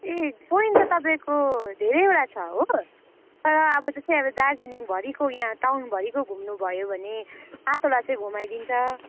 ए point त तपाईँको धेरैवटा छ हो तर अब जस्तै दार्जिलिङ भरिको यहाँ टाउनभरिको घुम्नु भयो भने पाँचवटा चाहिँ घुमाइदिन्छ